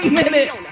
minute